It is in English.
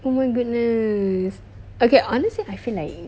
oh my goodness okay honestly I feel like thi~